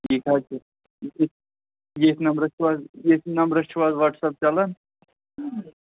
ٹھیٖک حظ چھُ ییٚتھۍ نَمبرَس چھُو حظ ییٚتھۍ نَمبرَس چھُو حظ وَٹٕسَپ چَلان